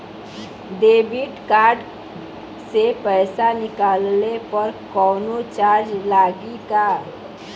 Debit card से पैसा निकलले पर कौनो चार्ज लागि का?